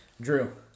Drew